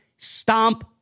Stomp